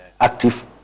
active